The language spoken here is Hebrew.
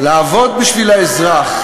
לעבוד בשביל האזרח,